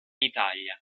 italia